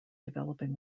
developing